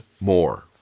more